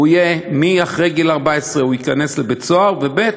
הוא יהיה, אחרי גיל 14 הוא ייכנס לבית-סוהר, ב.